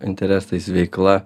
interesais veikla